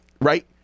right